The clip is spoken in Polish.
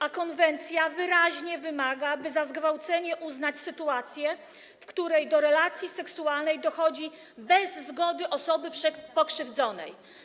A konwencja wyraźnie wymaga, by za zgwałcenie uznać sytuację, w której do relacji seksualnej dochodzi bez zgody osoby pokrzywdzonej.